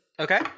Okay